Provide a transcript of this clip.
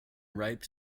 ripe